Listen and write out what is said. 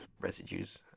residues